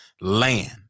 land